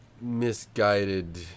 misguided